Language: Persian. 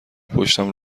پشتم